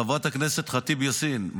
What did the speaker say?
חברת הכנסת ח'טיב יאסין,